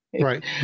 Right